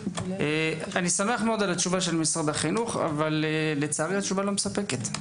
אני שמח על התשובה של משרד החינוך אך לצערי היא אינה מספקת.